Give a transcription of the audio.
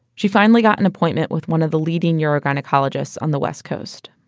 she finally got an appointment with one of the leading urogynocologists on the west coast